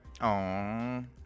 Aww